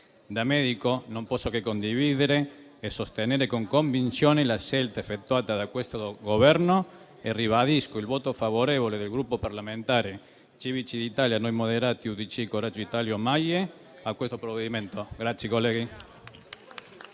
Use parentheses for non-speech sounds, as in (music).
Da medico non posso che condividere e sostenere con convinzione la scelta effettuata da questo Governo e ribadisco il voto favorevole del Gruppo parlamentare Civici d'Italia-Noi Moderati (UDC-Coraggio Italia)-MAIE a questo provvedimento. (applause)